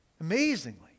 amazingly